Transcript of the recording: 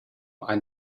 ein